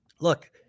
look